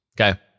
Okay